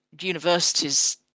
universities